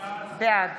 בעד